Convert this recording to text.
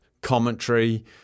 commentary